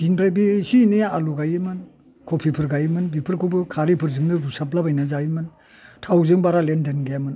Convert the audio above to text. बिनिफ्राय बे इसे इनै आलु गायोमोन खफिफोर गायोमोन बिफोरखौबो खारैफोरजोंनो हुसाबलाबायनानै जायोमोन थावजों बारा लेनदेन गैयामोन